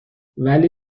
ولی